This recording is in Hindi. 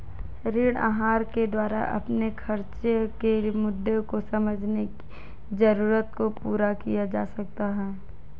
ऋण आहार के द्वारा अपने खर्चो के मुद्दों को समझने की जरूरत को पूरा किया जा सकता है